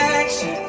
action